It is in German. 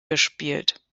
gespielt